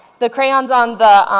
the crayons on the